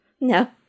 No